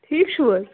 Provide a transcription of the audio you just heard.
ٹھیٖک چھُو حظ